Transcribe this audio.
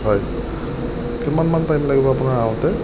হয় কিমানমান টাইম লাগিব আপোনাৰ আহোঁতে